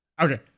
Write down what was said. Okay